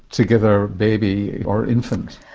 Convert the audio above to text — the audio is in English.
together baby or infant.